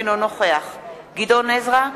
אינו נוכח גדעון עזרא,